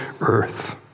earth